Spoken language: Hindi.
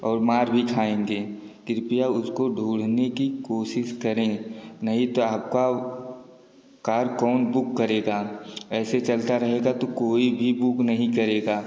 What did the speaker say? और मार भी खाएँगे कृपया उसको ढूँढने की कोशिश करें नहीं तो आपका कार कौन बुक करेगा ऐसे चलता रहेगा तो कोई भी बुक नहीं करेगा